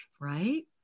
Right